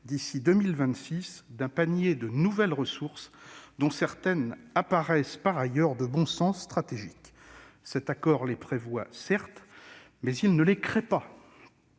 d'ici à 2026 d'un panier de nouvelles ressources, dont certaines apparaissent de bon sens stratégique. Cet accord les prévoit, mais il ne les crée pas.